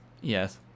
Yes